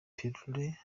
pilule